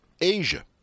Asia